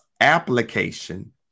application